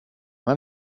med